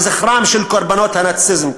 לזכרם של קורבנות הנאציזם,